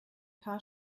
paar